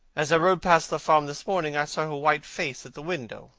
as i rode past the farm this morning, i saw her white face at the window,